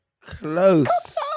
close